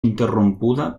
interrompuda